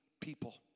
people